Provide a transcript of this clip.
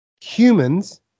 Humans